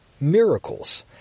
miracles